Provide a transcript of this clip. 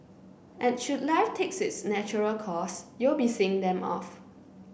and should life takes its natural course you'll be seeing them off